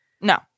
No